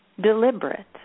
deliberate